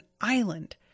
island